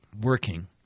working